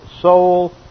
soul